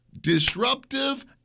disruptive